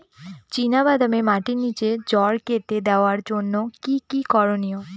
চিনা বাদামে মাটির নিচে জড় কেটে দেওয়ার জন্য কি কী করনীয়?